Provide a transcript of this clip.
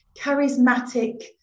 charismatic